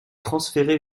transféré